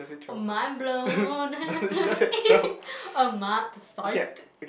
oh mind blown uh mind psyched